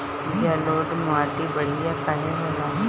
जलोड़ माटी बढ़िया काहे होला?